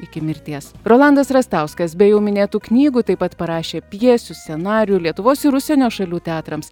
iki mirties rolandas rastauskas be jau minėtų knygų taip pat parašė pjesių scenarijų lietuvos ir užsienio šalių teatrams